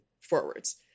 forwards